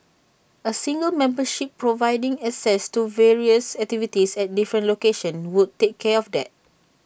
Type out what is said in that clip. A single membership providing access to various activities at different locations would take care of that